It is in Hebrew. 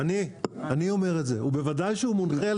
אני אומר את זה, בוודאי שהוא מונחה.